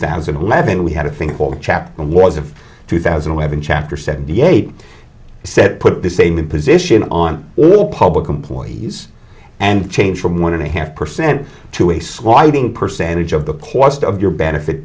thousand and eleven we had a thing called chapter was of two thousand and eleven chapter seventy eight said put the same position on all public employees and change from one and a half percent to a swiping percentage of the cost of your benefit